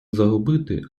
загубити